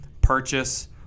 purchase